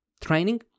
training